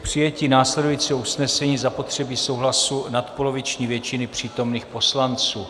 K přijetí následujícího usnesení je zapotřebí souhlasu nadpoloviční většiny přítomných poslanců.